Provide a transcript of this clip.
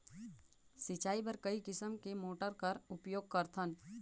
सिंचाई बर कई किसम के मोटर कर उपयोग करथन?